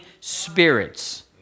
spirits